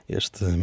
este